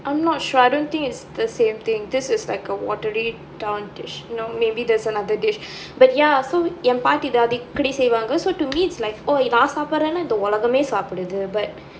I'm not sure I don't think it's the same thing this is like a watery you know maybe there's another dish but ya so என் பாட்டி இத அடிக்கடி செய்வாங்க:en paati itha adikkadi seivaanga so to me it's like நான் சாபிடுறேன்னா இந்த உலகமே சாபிடுது:naan saappiduraennaa intha ulagamae saappiduthu but